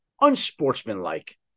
unsportsmanlike